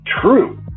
true